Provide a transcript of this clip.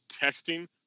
Texting